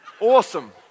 awesome